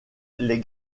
les